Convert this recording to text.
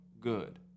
good –